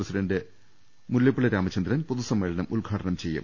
president Mullappally Ramachandran പൊതുസ മ്മേളനം ഉദ്ഘാടനം ചെയ്യും